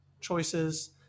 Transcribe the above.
choices